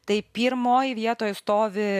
tai pirmoj vietoj stovi